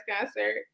concert